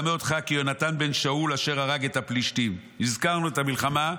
אדַמֶה אותך כיונתן בן שאול אשר הרג את הפלישתים" הזכרנו את המלחמה,